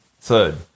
third